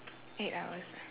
eight hours ah